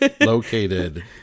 located